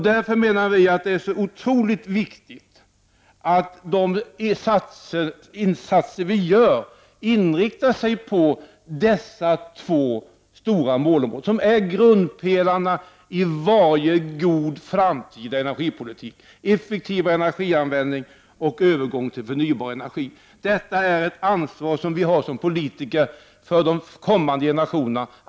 Därför är det oerhört viktigt att de insatser som görs inriktar sig på dessa två stora målområden. De är grundpelarna i varje god, framtida energipolitik. Att gå den vägen är att som politiker ta ansvar för våra barn och för kommande generationer.